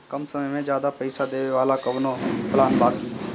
कम समय में ज्यादा पइसा देवे वाला कवनो प्लान बा की?